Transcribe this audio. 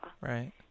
right